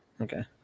Okay